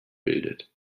bildet